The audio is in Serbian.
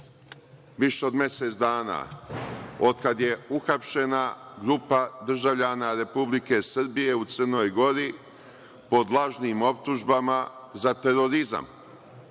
više od mesec dana, od kad je uhapšena grupa državljana Republike Srbije u Crnoj Gori pod lažnim optužbama za terorizam,